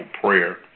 prayer